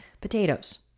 potatoes